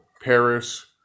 Paris